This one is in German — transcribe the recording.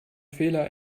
fehler